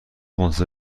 منتظر